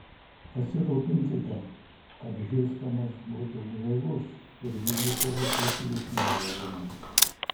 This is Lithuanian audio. pasirūpinkite kad hiustonas būtų blaivus ir vykdytų visus jūsų nurodymus